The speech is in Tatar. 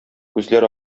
күзләр